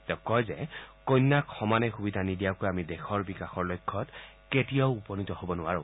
তেওঁ কয় যে কন্যাক সমানে সুবিধা নিদিয়াকৈ আমি দেশৰ বিকাশৰ লক্ষ্যত উপনীত নোৱাৰো